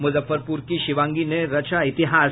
मुजफ्फरपुर की शिवांगी ने रचा इतिहास